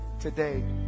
today